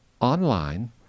online